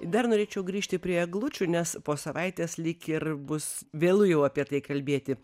dar norėčiau grįžti prie eglučių nes po savaitės lyg ir bus vėlu jau apie tai kalbėti